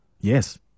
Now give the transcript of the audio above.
Yes